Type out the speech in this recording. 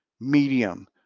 medium